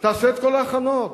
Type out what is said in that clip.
תעשה את כל ההכנות.